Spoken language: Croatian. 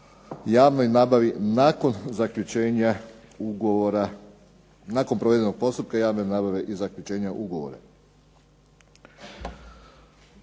javnoj nabavi nakon provedenog postupka javne nabave i zaključenja ugovora.